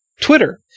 Twitter